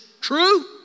True